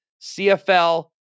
CFL